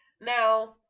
Now